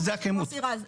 חה"כ מוסי רז,